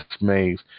maze